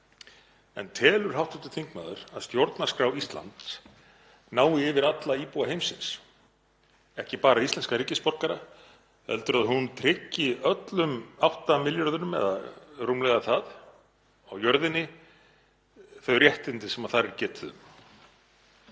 En telur hv. þingmaður að stjórnarskrá Íslands nái yfir alla íbúa heimsins, ekki bara íslenska ríkisborgara heldur að hún tryggi öllum átta milljörðunum, eða rúmlega það, á jörðinni þau réttindi sem þar er getið